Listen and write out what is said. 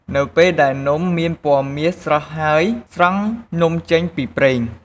នៅពេលដែលនំមានពណ៌មាសស្រស់ហើយ ស្រង់នំចេញពីប្រេង។